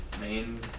Main